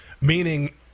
Meaning